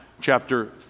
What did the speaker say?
chapter